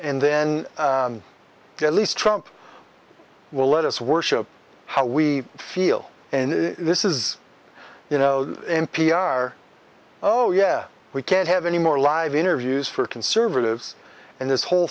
and then at least trump will let us worship how we feel and this is you know n p r oh yeah we can't have any more live interviews for conservatives and this whole